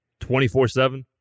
24-7